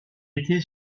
était